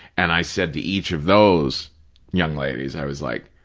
and i said to each of those young ladies, i was like,